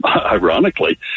ironically